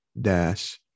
dash